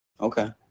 Okay